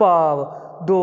ਭਾਵ ਦੋ